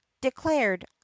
declared